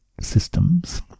systems